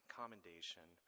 commendation